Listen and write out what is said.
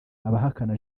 abahakana